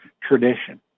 tradition